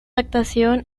actuación